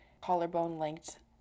collarbone-length